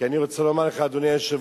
כי אני רוצה לומר לך, אדוני היושב-ראש,